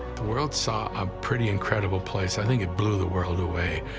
the world saw a pretty incredible place. i think it blew the world away.